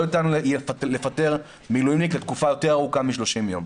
יהיה ניתן לפטר מילואימניק לתקופה יותר ארוכה מ-30 ימים.